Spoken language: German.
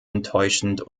enttäuschend